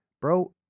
bro